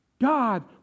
God